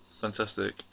Fantastic